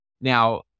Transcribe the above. now